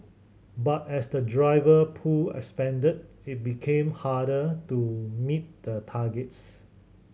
but as the driver pool expanded it became harder to meet the targets